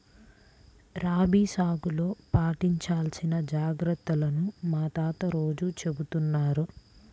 రబీ సాగులో పాటించాల్సిన జాగర్తలను మా తాత రోజూ చెబుతున్నారు